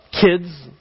kids